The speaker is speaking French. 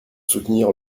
soutenir